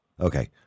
okay